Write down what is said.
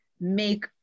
make